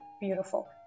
beautiful